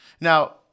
Now